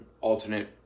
alternate